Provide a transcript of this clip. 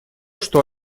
что